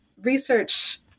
research